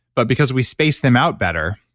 but because we space them out better,